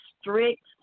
strict